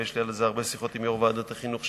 ויש לי על זה הרבה שיחות עם יושב-ראש ועדת החינוך,